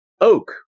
oak